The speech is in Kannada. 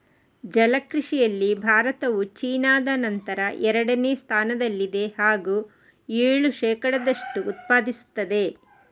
ಜಲ ಕೃಷಿಯಲ್ಲಿ ಭಾರತವು ಚೀನಾದ ನಂತರ ಎರಡನೇ ಸ್ಥಾನದಲ್ಲಿದೆ ಹಾಗೂ ಏಳು ಶೇಕಡದಷ್ಟು ಉತ್ಪಾದಿಸುತ್ತದೆ